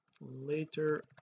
later